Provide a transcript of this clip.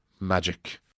magic